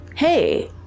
Hey